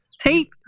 tape